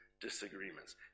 Disagreements